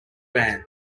van